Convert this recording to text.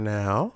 now